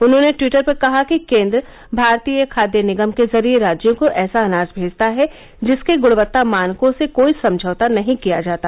उन्होंने ट्वीटर पर कहा कि केंद्र भारतीय खाद्य निगम के जरिए राज्यों को ऐसा अनाज भेजता है जिसके ग्णवत्ता मानकों से कोई समझौता नहीं किया जाता